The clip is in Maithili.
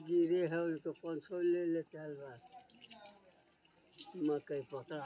रबड़ या इलास्टोमोर सं टायर, रबड़ मैट बनबै मे रबड़ प्रौद्योगिकी के उपयोग होइ छै